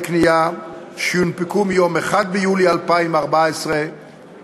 קנייה שיונפקו מיום 1 ביולי 2014 ואילך.